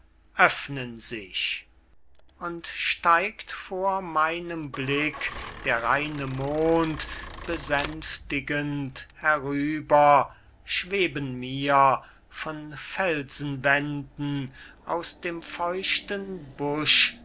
öffnen sich und steigt vor meinem blick der reine mond besänftigend herüber schweben mir von felsenwänden aus dem feuchten